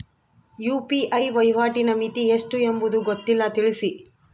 UPI ವಹಿವಾಟಿನ ಮಿತಿ ಎಷ್ಟು ಎಂಬುದು ಗೊತ್ತಿಲ್ಲ? ತಿಳಿಸಿ?